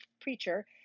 preacher